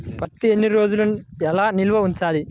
పత్తి ఎన్ని రోజులు ఎలా నిల్వ ఉంచాలి?